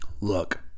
Look